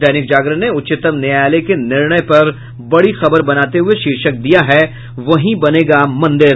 दैनिक जागरण ने उच्चतम न्यायालय के निर्णय पर बड़ी खबर बनाते हुये शीर्षक दिया है वहीं बनेगा मंदिर